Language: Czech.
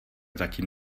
zatím